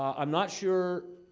um i'm not sure.